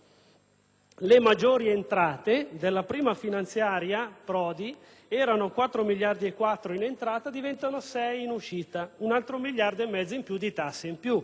Le maggiori entrate della prima finanziaria Prodi erano 4,4 miliardi in entrata e diventano 6 in uscita: un altro miliardo e mezzo in più di tasse.